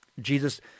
Jesus